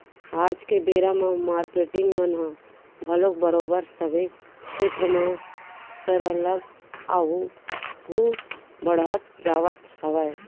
आज के बेरा म मारकेटिंग मन ह घलोक बरोबर सबे छेत्र म सरलग आघू बड़हत जावत हावय